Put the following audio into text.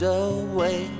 away